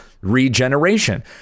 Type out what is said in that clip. regeneration